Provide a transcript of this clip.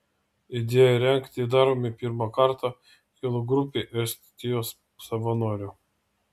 idėja rengti darome pirmą kartą kilo grupei estijos savanorių